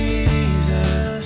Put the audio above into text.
Jesus